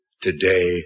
today